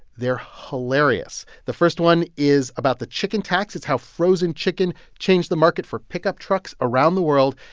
they're hilarious. the first one is about the chicken tax. it's how frozen chicken changed the market for pickup trucks around the world.